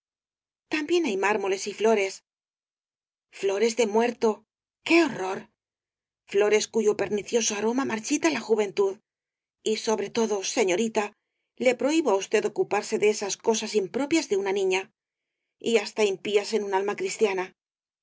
también hay mármoles y flores flores de muerto qué horror flores cuyo pernicioso aroma marchita la juventud y sobre todo señorita le prohibo á usted ocuparse de esas cosas impropias de una niña y hasta impías en un alma cristiana